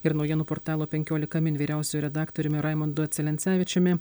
ir naujienų portalo penkiolika min vyriausiuoju redaktoriumi raimundu celencevičiumi